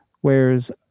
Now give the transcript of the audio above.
Whereas